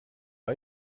bei